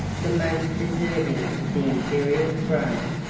the most deserving of the imperial throne.